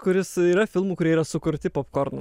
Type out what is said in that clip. kuris yra filmų kurie yra sukurti popkornam